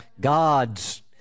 God's